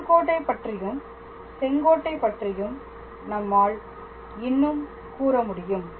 தொடுகோட்டை பற்றியும் செங்கோட்டை பற்றியும் நம்மால் இன்னும் கூறமுடியும்